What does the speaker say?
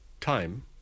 time